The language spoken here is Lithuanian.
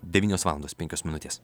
devynios valandos penkios minutės